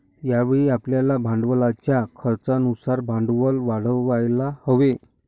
यावेळी आपल्याला भांडवलाच्या खर्चानुसार भांडवल वाढवायला हवे